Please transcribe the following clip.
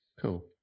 Cool